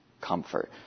comfort